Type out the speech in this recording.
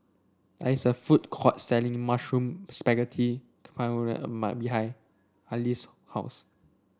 there is a food court selling Mushroom Spaghetti behind Ali's house